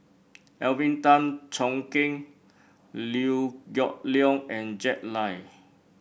Alvin Tan Cheong Kheng Liew Geok Leong and Jack Lai